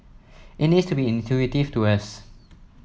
it needs to be intuitive to us